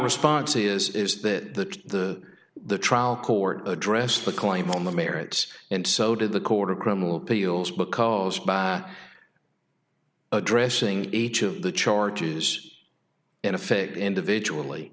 response is is that the the trial court addressed the claim on the merits and so did the court of criminal appeals because by addressing each of the charges in effect individually